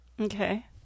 Okay